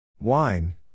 Wine